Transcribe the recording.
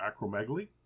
acromegaly